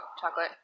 chocolate